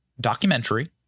documentary